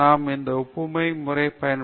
நாம் அந்த ஒப்புமை முறை பயன்படுத்த